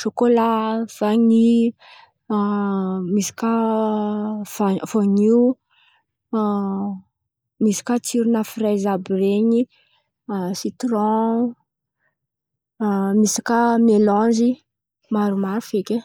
sôkôla, vany, misy kà va- vonio, misy kà tsirona fraizy àby ren̈y, sitrôn, misy kà melanzy maromaro feky ai.